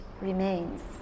remains